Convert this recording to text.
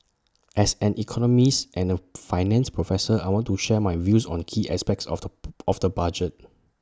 as an economist and A finance professor I want to share my views on key aspects of the of the budget